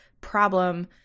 problem